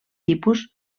tipus